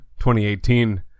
2018